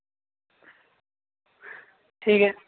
ठीक ऐ